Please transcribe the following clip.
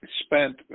spent